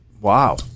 Wow